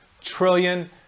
trillion